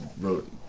wrote